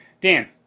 Dan